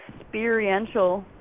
experiential